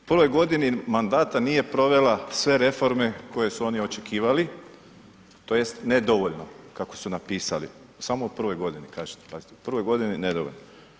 U prvoj godini mandata nije provela sve reforme koje su oni očekivali, tj. nedovoljno kako su napisali, samo u prvoj godini pazite, u prvoj godini nedovoljno.